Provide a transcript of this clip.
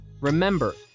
remember